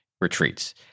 retreats